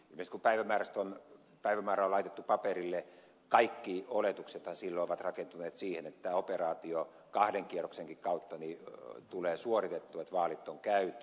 kun päivämäärä on laitettu paperille niin kaikki oletuksethan silloin ovat rakentuneet sille että tämä operaatio kahden kierroksenkin kautta tulee suoritettua ja että vaalit on käyty